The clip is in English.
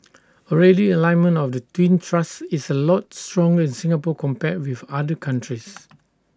already the alignment of the twin thrusts is A lot strong with Singapore compared with other countries